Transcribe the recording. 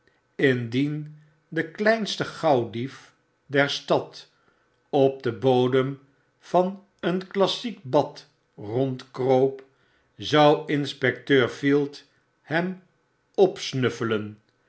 indien de kleinste b gauwdief der stad op denbodem van een klassiek bad rondkroop zou inspecteur field hem opsnuffelenmeteenfijnerenreukdan